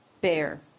bear